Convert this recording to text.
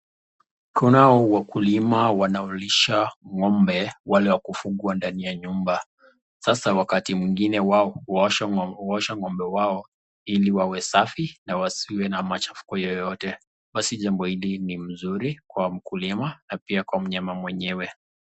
Kunao wakulima wanaolisha ng'ombe wale wa kufugwa ndani ya nyumba. Sasa wakati mwingine wao huosha ng'ombe wao ili wawe safi na wasiwe na machafuko yeyote. Basi jambo hili ni mzuri kwa mkulima na pia kwa mnyama mwenyewe.